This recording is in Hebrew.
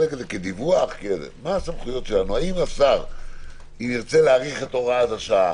האם השר ירצה להאריך את הוראת השעה,